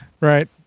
Right